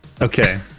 Okay